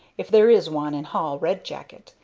if there is one in hall red jacket,